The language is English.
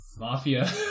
mafia